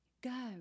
go